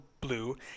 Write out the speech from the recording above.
Blue